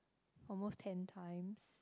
almost ten times